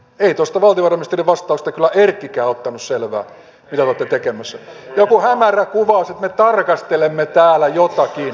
ei tuosta valtiovarainministerin vastauksesta erkkikään ottanut selvää mitä te olette tekemässä joku hämärä kuvaus että me tarkastelemme täällä jotakin